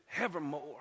evermore